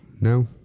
No